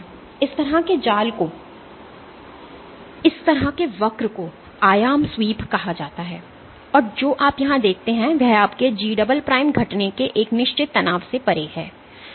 तो इस तरह के जाल को इस तरह के वक्र को आयाम स्वीप कहा जाता है और जो आप यहां देखते हैं वह आपके G'घटने के एक निश्चित तनाव से परे है